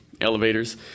elevators